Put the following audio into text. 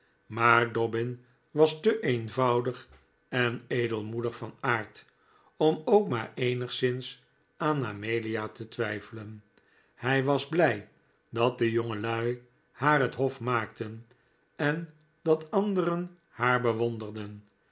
maar dobbin was te eenvoudig en edelmoedig van aard om ook maar eenigszins aan amelia te twijfelen hij was blij dat de jongelui haar het hof maakten en dat anderen haar bewonderden